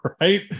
right